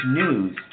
news